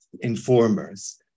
informers